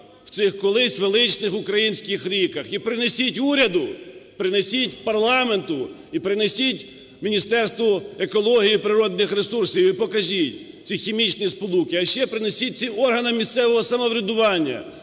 в цих колись величних українських ріках, і принесіть уряду, принесіть парламенту, і принесіть Міністерству екології і природних ресурсів і покажіть ці хімічні сполуки. А ще принесіть це органам місцевого самоврядування,